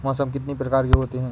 मौसम कितनी प्रकार के होते हैं?